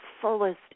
fullest